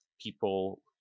people